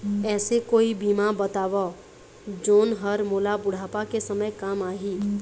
ऐसे कोई बीमा बताव जोन हर मोला बुढ़ापा के समय काम आही?